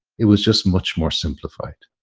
it was just much more simplified.